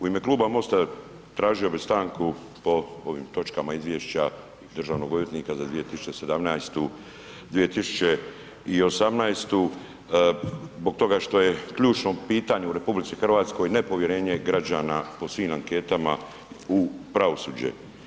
U ime kluba MOST-a tražio bih stanku o ovim točkama izvješća državnog odvjetnika za 2017., 2018. zbog toga što je ključno pitanje u RH ne povjerenje građana po svim anketama u pravosuđe.